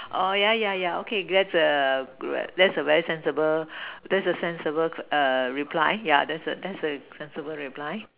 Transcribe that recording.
oh yeah yeah yeah okay that's a that's a very sensible that's a sensible err reply yeah that's a that's a sensible reply